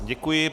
Děkuji.